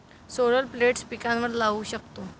solar plates पिकांवर लाऊ शकतो